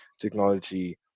technology